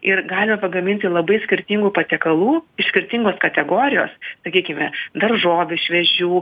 ir galime pagaminti labai skirtingų patiekalų iš skirtingos kategorijos sakykime daržovių šviežių